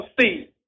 see